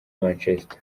manchester